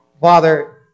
Father